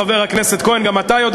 חבר הכנסת כהן, אתה יודע.